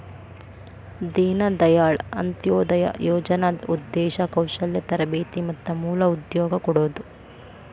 ದೇನ ದಾಯಾಳ್ ಅಂತ್ಯೊದಯ ಯೋಜನಾದ್ ಉದ್ದೇಶ ಕೌಶಲ್ಯ ತರಬೇತಿ ಮತ್ತ ಮೂಲ ಉದ್ಯೋಗ ಕೊಡೋದು